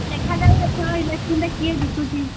ଦେଖାଯାଉ ଏଥର ଇଲେକ୍ସନରେ କିଏ ଜିତୁଛି